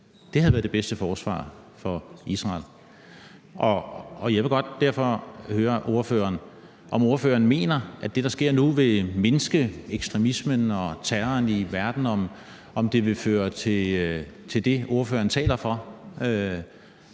Det havde været det bedste forsvar for Israel. Jeg vil derfor godt høre ordføreren, om ordføreren mener, at det, der sker nu, vil mindske ekstremismen og terroren i verden, og om det vil føre til det, ordføreren taler for,